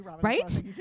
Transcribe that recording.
right